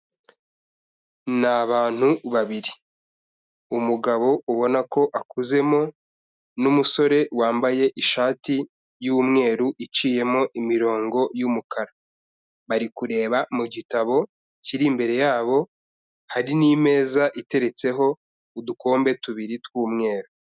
Ni abantu babiri. Umugabo ubona ko akuzemo n'umusore wambaye ishati y'umweru iciyemo imirongo y'umukara. Bari kureba mu gitabo kiri imbere yabo, hari n'imeza iteretseho udukombe tubiri tw'umweru.